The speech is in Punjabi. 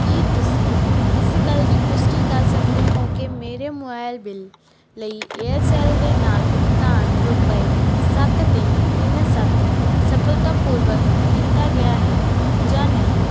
ਕੀ ਤੁਸੀਂ ਇਸ ਗੱਲ ਦੀ ਪੁਸ਼ਟੀ ਕਰ ਸਕਦੇ ਹੋਂ ਕਿ ਮੇਰੇ ਮੋਬਾਈਲ ਬਿੱਲ ਲਈ ਏਅਰਸੈੱਲ ਦੇ ਨਾਲ ਭੁਗਤਾਨ ਰੁਪਏ ਸੱਤ ਤਿੰਨ ਤਿੰਨ ਸੱਤ ਸਫਲਤਾਪੂਰਵਕ ਕੀਤਾ ਗਿਆ ਹੈ ਜਾਂ ਨਹੀਂ